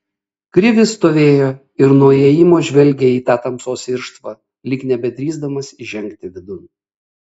krivis stovėjo ir nuo įėjimo žvelgė į tą tamsos irštvą lyg nebedrįsdamas įžengti vidun